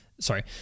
Sorry